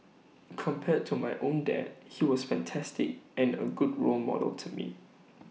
compared to my own dad he was fantastic and A good role model to me